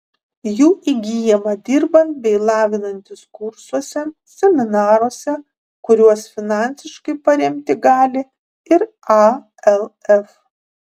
jų įgyjama dirbant bei lavinantis kursuose seminaruose kuriuos finansiškai paremti gali ir alf